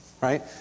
right